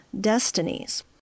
destinies